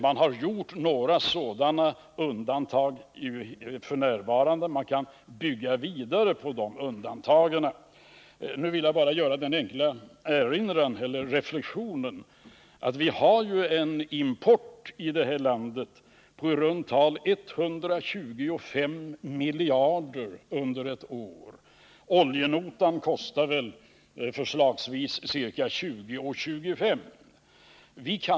Man har redan gjort några sådana undantag och man kan bygga vidare på dessa. Här vill jag göra den enkla reflexionen att vi har en import här i landet i runt tal 125 miljarder kronor under ett år. Oljenotan uppgår till förslagsvis ca 20-25 miljarder.